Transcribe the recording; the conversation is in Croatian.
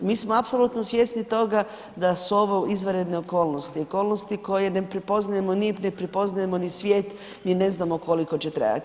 Mi smo apsolutno svjesni toga da su ovo izvanredne okolnosti, okolnosti koje ne prepoznajemo, ni ne prepoznajemo ni svijet, ni ne znamo koliko će trajati.